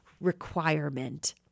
requirement